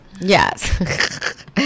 Yes